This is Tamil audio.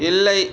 இல்லை